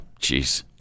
Jeez